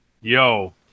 yo